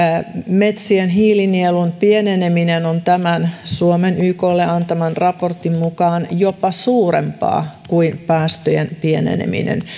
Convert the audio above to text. metsien hiilinielun pieneneminen on tämän suomen yklle antaman raportin mukaan jopa suurempaa kuin päästöjen pieneneminen